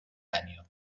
año